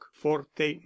forte